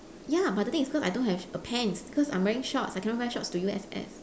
ya but the thing is cause I don't have a pants because I'm wearing shorts I cannot wear shorts to U_S_S